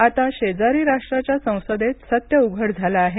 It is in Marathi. आता शेजारी राष्ट्राच्या संसदेत सत्य उघड झालं आहे